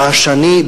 רעשני,